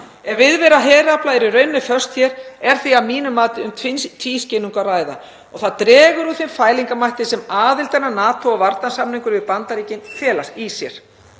Ef viðvera herafla er í rauninni föst hér er því að mínu mati um tvískinnung að ræða og það dregur úr þeim fælingarmætti sem aðildin að NATO og varnarsamningurinn við Bandaríkin fela í sér.